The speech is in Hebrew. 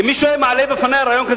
אם מישהו היה מעלה בפני את הרעיון,